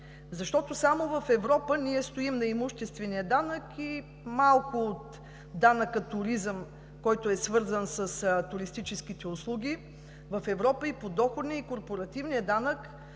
Защото само в Европа ние стоим на имуществения данък и малко от данъка „туризъм“, който е свързан с туристическите услуги. В Европа и подоходният, и корпоративният данък